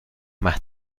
más